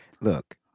Look